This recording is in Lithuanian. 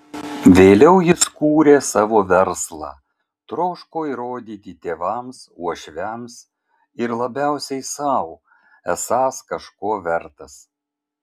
vėliau jis kūrė savo verslą troško įrodyti tėvams uošviams ir labiausiai sau esąs kažko vertas